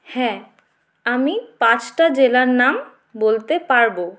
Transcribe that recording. হ্যাঁ আমি পাঁচটা জেলার নাম বলতে পারবো